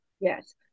Yes